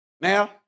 Now